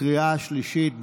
בקריאה השלישית.